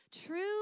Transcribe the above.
True